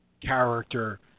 character